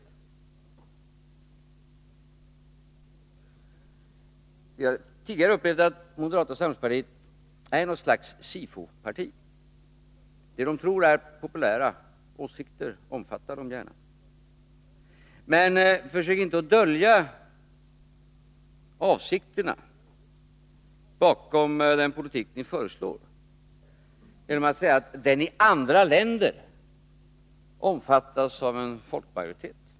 Vi har tidigare upplevt att moderata samlingspartiet är något slags SIFO-parti. Vad man tror är populära åsikter omfattar man gärna. Men försök inte dölja avsikterna med den politik ni för genom att säga att den i andra länder omfattas av en folkmajoritet.